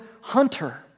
hunter